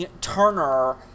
Turner